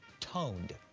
toned.